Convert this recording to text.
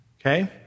Okay